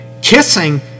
Kissing